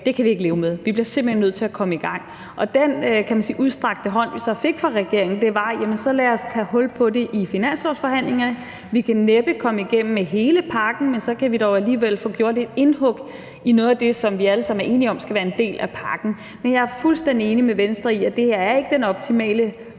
Det kan vi ikke leve med, vi bliver simpelt hen nødt til at komme i gang. Og den udstrakte hånd, vi så fik fra regeringen, var: Jamen så lad os tage hul på det i finanslovsforhandlingerne. Vi kan næppe komme igennem med hele pakken, men så kan vi dog alligevel få gjort et indhug i noget af det, som vi alle sammen er enige om skal være en del af pakken. Men jeg er fuldstændig enig med Venstre i, at det her ikke er den optimale